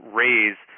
raise